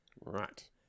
Right